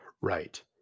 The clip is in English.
Right